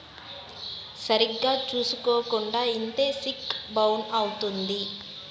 సరిగ్గా చూసుకోకుండా ఇత్తే సెక్కు బౌన్స్ అవుత్తది